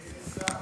איזה שר?